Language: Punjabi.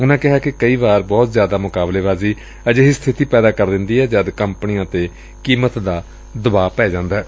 ਉਨੂਾ ਕਿਹਾ ਕਿ ਕਈ ਵਾਰ ਬਹੁਤ ਜ਼ਿਆਦਾ ਮੁਕਾਬਲੇਬਾਜ਼ੀ ਅਜਿਹੀ ਸਬਿਤੀ ਪੈਦਾ ਕਰ ਦਿੰਦੀ ਏ ਜਦ ਕੰਪਨੀਆਂ ਤੇ ਕੀਮਤ ਦਾ ਦਬਾਅ ਹੁੰਦੈ